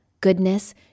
goodness